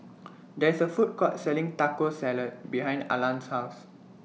There IS A Food Court Selling Taco Salad behind Arlan's House